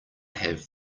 have